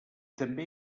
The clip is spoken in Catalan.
també